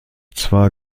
zwar